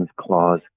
clause